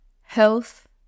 health